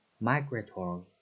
Migratory